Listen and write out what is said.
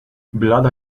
blada